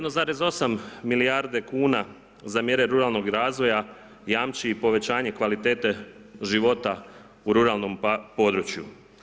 1,8 milijarde kuna za mjere ruralnog razvoja jamči i povećanje kvalitete života u ruralnom području.